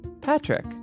Patrick